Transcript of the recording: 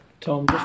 Tom